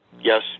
Yes